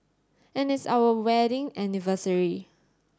and it's our wedding anniversary